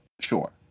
sure